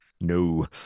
No